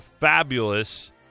fabulous